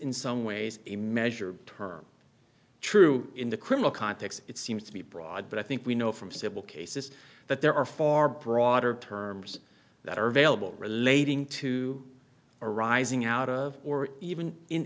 in some ways a measure term true in the criminal context it seems to be broad but i think we know from civil cases that there are far broader terms that are available relating to arising out of or even in